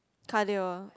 cardio